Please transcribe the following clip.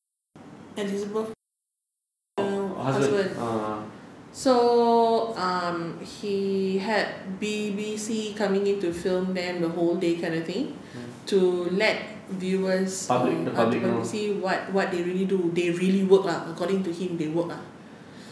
elizabeth punya punya husband ah so um he had B_B_C coming into film them the whole day kind of thing to let viewers see what what they really do they really work lah according to him they work lah